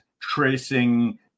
tracing